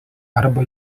arba